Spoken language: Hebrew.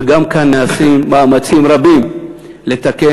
וגם כאן נעשים מאמצים רבים לתקן.